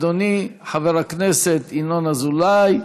אדוני חבר הכנסת ינון אזולאי,